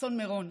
אסון מירון,